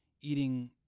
eating